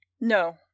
no